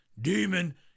demon